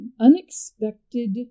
unexpected